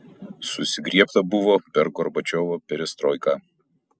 susigriebta buvo per gorbačiovo perestroiką